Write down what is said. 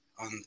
on